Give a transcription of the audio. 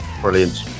brilliant